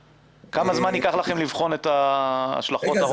כמה זמן ייקח לכם לבחון את השלכות הרוחב?